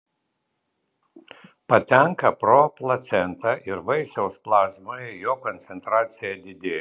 patenka pro placentą ir vaisiaus plazmoje jo koncentracija didėja